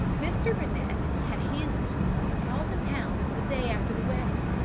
mr. rennett had handed to her a thousand pounds the day after the wedding,